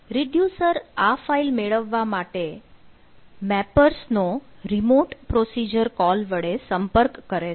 reducer આ file મેળવવા માટે મેપર્સ નો રીમોટ પ્રોસિજર કોલ વડે સંપર્ક કરે છે